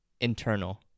internal